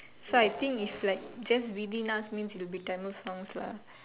so I think if like just within us means it will be Tamil songs lah